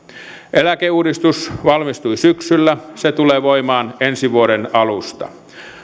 eläkeuudistus valmistui syksyllä se tulee voimaan ensi vuoden alusta